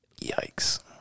yikes